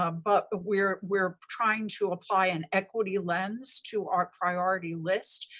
um but but we're we're trying to apply an equity lens to our priority list.